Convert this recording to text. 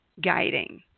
guiding